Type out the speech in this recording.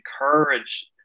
encourage